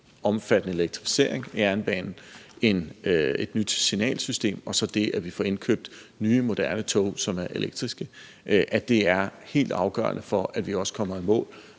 omfattende elektrificering af jernbanen, et nyt signalsystem og så det, at vi får indkøbt nye moderne tog, som er elektriske. Det er helt afgørende for, at vi også kommer i mål